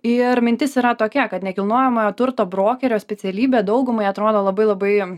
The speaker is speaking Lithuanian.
ir mintis yra tokia kad nekilnojamojo turto brokerio specialybė daugumai atrodo labai labai